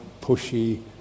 pushy